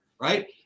right